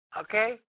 Okay